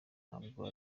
ntabwo